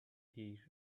heat